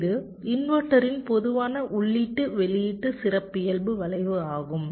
இது இன்வெர்ட்டரின் பொதுவான உள்ளீட்டு வெளியீட்டு சிறப்பியல்பு வளைவு ஆகும்